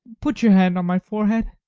put your hand on my forehead.